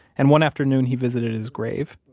and one afternoon, he visited his grave.